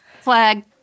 Flag